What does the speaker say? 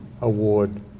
award